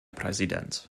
präsident